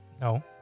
no